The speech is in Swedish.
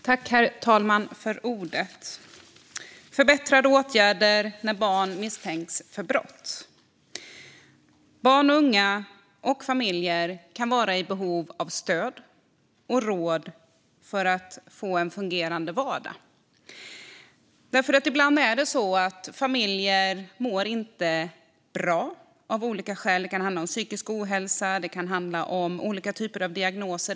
Herr talman! Vi debatterar nu betänkandet Förbättrade åtgärder när barn misstänks för brott . Barn och unga, och familjer, kan vara i behov av stöd och råd för att få en fungerande vardag, för ibland mår de av olika skäl inte bra. Det kan handla om psykisk ohälsa. Det kan handla om olika typer av diagnoser.